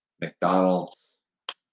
McDonald's